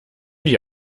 die